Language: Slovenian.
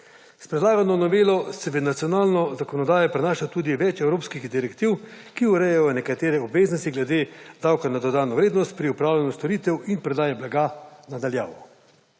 S predlagano novelo se v nacionalno zakonodaja prinaša tudi več evropskih direktiv, ki urejajo nekatere obveznosti glede davka na dodatno vrednost pri upravljanju storitev in prodaji blaga na daljavo.